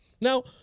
Now